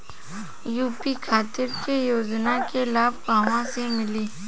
UP खातिर के योजना के लाभ कहवा से मिली?